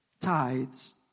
tithes